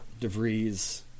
DeVries